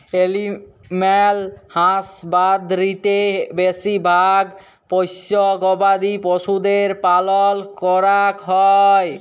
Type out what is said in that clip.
animal হাসবাদরীতে বেশি ভাগ পষ্য গবাদি পশুদের পালল ক্যরাক হ্যয়